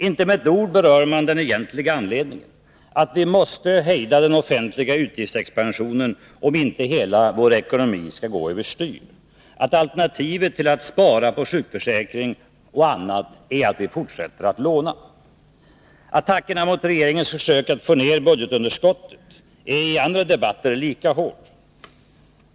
Inte med ett ord berör man den egentliga anledningen — att vi måste hejda den offentliga utgiftsexpansionen, om inte hela vår ekonomi skall gå över styr, och att alternativet till att spara på sjukförsäkringen och annat är att vi fortsätter att låna. Attackerna mot regeringens försök att få ned budgetunderskottet är i andra debatter lika hårda.